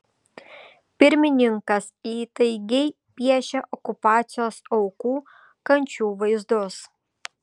pirmininkas įtaigiai piešia okupacijos aukų kančių vaizdus